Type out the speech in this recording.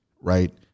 Right